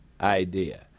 idea